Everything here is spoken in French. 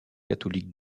catholiques